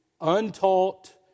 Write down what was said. untaught